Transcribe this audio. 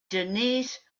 denise